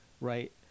right